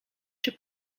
czy